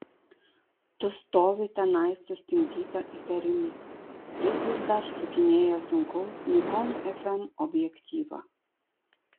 tu stovi tenai sustingdyta įtarimų jis vis dar sukinėja sunkaus nikon fm objektyvą